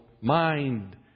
mind